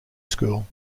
school